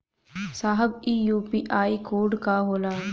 साहब इ UPI code का होला?